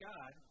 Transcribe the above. God